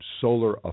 solar